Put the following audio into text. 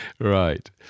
Right